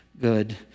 good